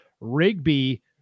Rigby